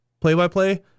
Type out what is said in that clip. play-by-play